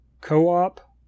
co-op